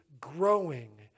growing